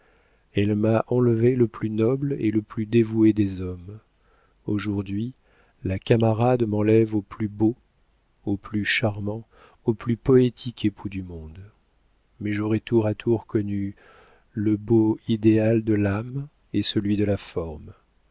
elle m'a enlevé le plus noble et le plus dévoué des hommes aujourd'hui la camarde m'enlève au plus beau au plus charmant au plus poétique époux du monde mais j'aurai tour à tour connu le beau idéal de l'âme et celui de la forme